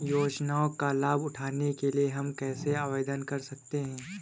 योजनाओं का लाभ उठाने के लिए हम कैसे आवेदन कर सकते हैं?